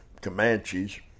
Comanches